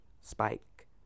spike